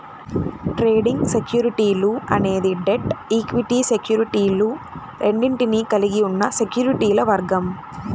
trading సెక్యూరిటీలు అనేది debt, equity సెక్యూరిటీలు రెండింటినీ కలిగి ఉన్న సెక్యూరిటీల వర్గం